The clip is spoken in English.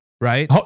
right